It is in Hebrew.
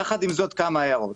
יחד עם זאת, כמה הערות.